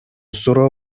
суроо